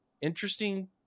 interesting